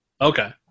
Okay